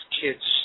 kids